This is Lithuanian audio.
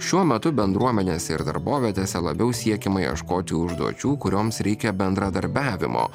šiuo metu bendruomenės ir darbovietėse labiau siekiama ieškoti užduočių kurioms reikia bendradarbiavimo